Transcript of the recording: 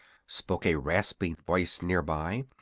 spoke a rasping voice near by.